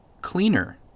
cleaner